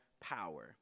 power